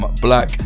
Black